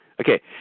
Okay